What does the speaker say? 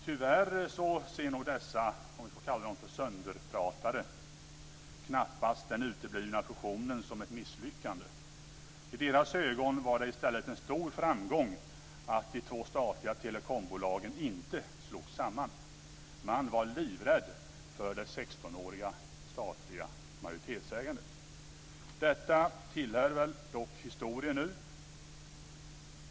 Tyvärr ser nog dessa, om vi får kalla dem för sönderpratare, knappast den uteblivna fusionen som ett misslyckande. I deras ögon var det i stället en stor framgång att de två statliga telekombolagen inte slogs samman. Man var livrädd för det 16 åriga statliga majoritetsägandet. Detta tillhör dock historien nu.